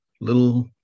little